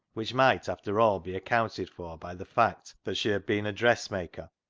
which might, after all, be accounted for by the fact that she had been a dressmaker.